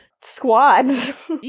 squads